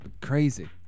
crazy